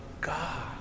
God